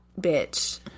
bitch